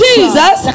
Jesus